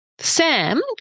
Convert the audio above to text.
Sam